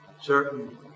certain